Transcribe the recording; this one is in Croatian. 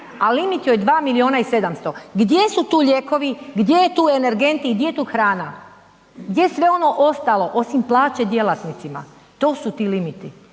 a limit joj je 2 milijuna i 700, gdje su tu lijekovi, gdje je tu energent i gdje je tu hrana, gdje je sve ono ostalo osim plaće djelatnicima, to su ti limiti